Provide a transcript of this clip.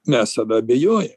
mes tada abejoja